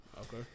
Okay